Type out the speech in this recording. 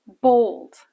bold